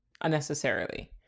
unnecessarily